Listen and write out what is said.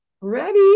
Ready